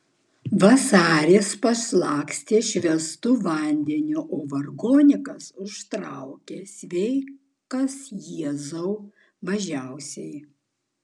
vasaris pašlakstė švęstu vandeniu o vargonininkas užtraukė sveikas jėzau mažiausias